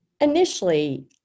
Initially